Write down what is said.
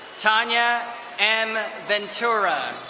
tanya m. ventura.